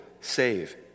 save